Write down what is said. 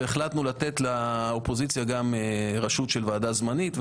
והחלטנו לתת לאופוזיציה גם ראשות של ועדה זמנית.